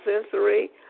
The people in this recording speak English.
sensory